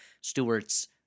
Stewart's